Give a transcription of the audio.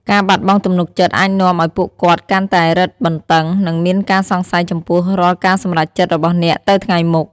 ការបាត់បង់ទំនុកចិត្តអាចនាំឲ្យពួកគាត់កាន់តែរឹតបន្តឹង និងមានការសង្ស័យចំពោះរាល់ការសម្រេចចិត្តរបស់អ្នកទៅថ្ងៃមុខ។